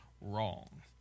wrong